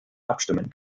abstimmen